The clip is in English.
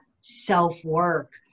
self-work